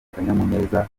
akanyamuneza